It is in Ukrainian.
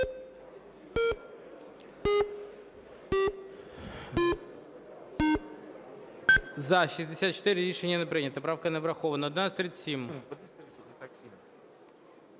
За-60 Рішення не прийнято. Правка не врахована. 1148.